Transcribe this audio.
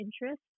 interest